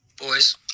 Boys